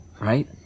right